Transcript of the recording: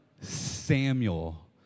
Samuel